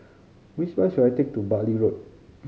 which bus should I take to Bartley Road